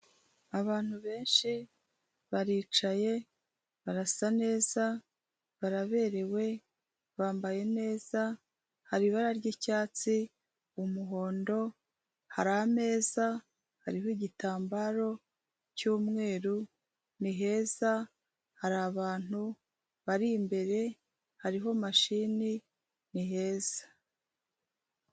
Abantu benshi baricaye, barasa neza baraberewe, bambaye neza, hari ibara ry'icyatsi, umuhondo, hari ameza ariho igitambaro cy'umweru, ni heza, hari abantu bari imbere, hariho mashine, ni heza!